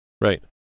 Right